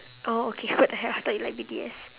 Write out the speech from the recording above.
oh okay what the hell I thought you like B_T_S